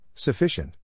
Sufficient